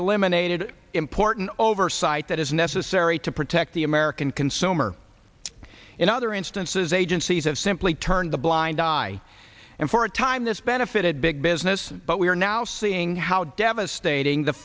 eliminated important oversight that is necessary to protect the american consumer in other instances agencies have simply turned a blind eye and for a time this benefited big business but we are now seeing how devastating the